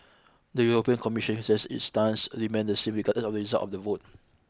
the European Commission stressed its stance remained the same regardless of the result of the vote